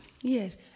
Yes